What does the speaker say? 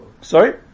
sorry